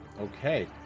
okay